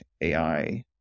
AI